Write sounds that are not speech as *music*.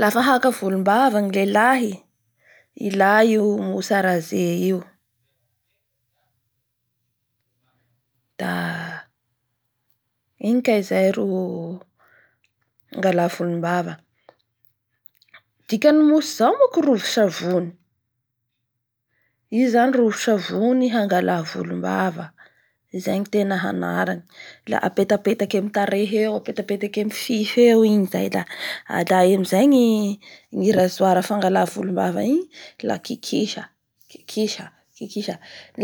Lafa haka volombava ny lehilahy ilay io mousse à raser io, da *hesitation* igny kay zay ro angala volombava. Dikan'ny mousse zao moa ka rovintsavony. Io zany rovintsavony hangalà volombava izay no tena hanarany. La apetapetaky amin'ny tarehy eo, apetapetaky amin'ny fify eo igny zay da alay amizay ny rasoir fangalà volombava igny la kikisa, kikisa, kikisa.